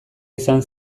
izan